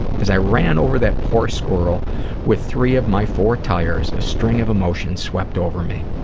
as i ran over that poor squirrel with three of my four tires, a string of emotion swept over me.